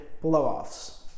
blow-offs